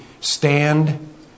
stand